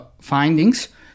findings